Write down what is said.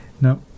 No